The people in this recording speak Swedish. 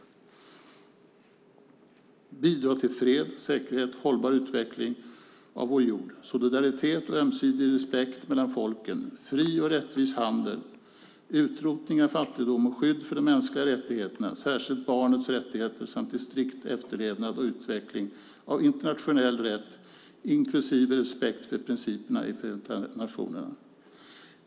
Man ska bidra till fred, säkerhet, hållbar utveckling av vår jord, solidaritet och ömsesidig respekt mellan folken, fri och rättvis handel, utrotning av fattigdom och skydd för de mänskliga rättigheterna, särskilt barnets rättigheter, samt till strikt efterlevnad och utveckling av internationell rätt, inklusive respekt för principerna i Förenta nationerna.